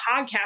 podcast